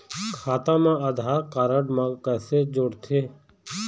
खाता मा आधार कारड मा कैसे जोड़थे?